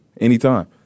anytime